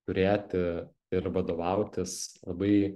turėti ir vadovautis labai